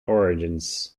origins